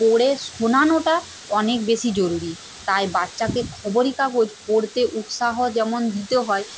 পড়ে শোনানোটা অনেক বেশি জরুরী তাই বাচ্চাকে খবরি কাগজ পড়তে উৎসাহ যেমন দিতে হয়